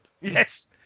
Yes